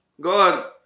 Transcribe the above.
God